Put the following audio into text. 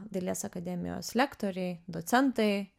dailės akademijos lektoriai docentai